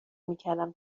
میکردم